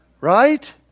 Right